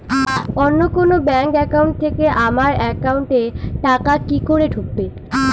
অন্য কোনো bank account থেকে আমার একাউন্ট এ টাকা কি করে ঢুকবে?